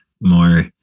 more